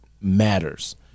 matters